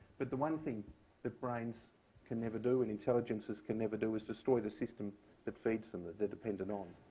but the one thing that brains can never do and intelligences can never do is destroy the system that feeds them that they're dependant on.